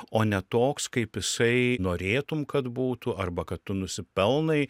o ne toks kaip jisai norėtum kad būtų arba kad tu nusipelnai